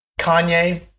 Kanye